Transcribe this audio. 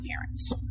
parents